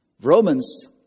Romans